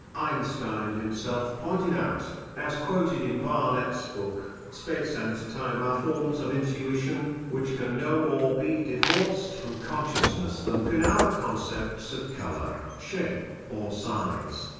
einstein himself pointed out, as quoted in barnett's book space and time are forms of intuition, which can no more be divorced from consciousness than can our concepts of colour, shape, or size.